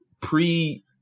pre